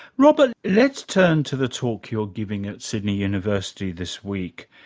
robert, let's turn to the talk you're giving at sydney university this week.